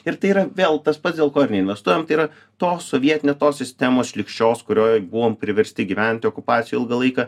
ir tai yra vėl tas pats dėl ko ir neinvestuojam tai yra to sovietinio tos sistemos šlykščios kurioj buvom priversti gyventi okupacijoj ilgą laiką